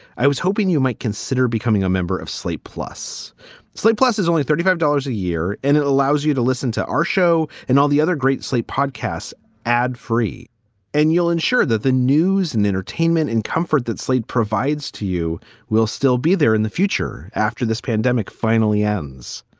i was hoping you might consider becoming a member of slate. plus slate plus is only thirty five dollars dollars a year. and it allows you to listen to our show and all the other great slate podcasts ad free and you'll ensure that the news and entertainment and comfort that slate provides to you will still be there in the future after this pandemic finally ends.